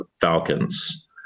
falcons